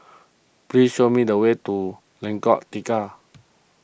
please show me the way to Lengkong Tiga